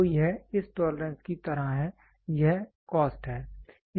तो यह इस टोलरेंस की तरह है यह कॉस्ट है